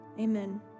Amen